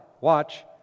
watch